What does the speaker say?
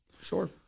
Sure